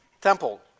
temple